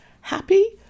Happy